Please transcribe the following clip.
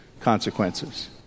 consequences